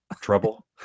Trouble